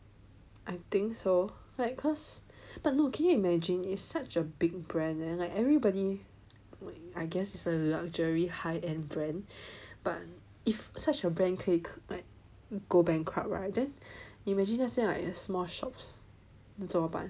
I think so like cause but no ok can you imagine is such a big brand leh like everybody I guess is a luxury high end brand but if such a brand 可以 go bankrupt right then imagine 那些 like small shops 怎么办